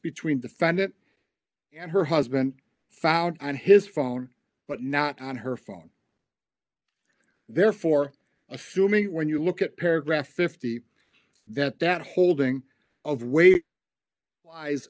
between the fund it and her husband found on his phone but not on her phone therefore assuming when you look at paragraph fifty that that holding of weight wise